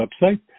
website